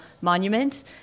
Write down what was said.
monument